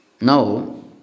Now